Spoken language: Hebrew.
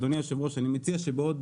אדוני היושב-ראש, אני מציע שבעוד